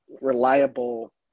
reliable